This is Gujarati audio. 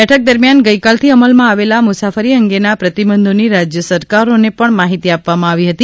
બેઠક દરમિયાન ગઇકાલથી અમલમાં આવેલા મુસાફરી અંગેના પ્રતિબંધોની રાજય સરકારોને પણ માહિતી આપવામાં આવી હતી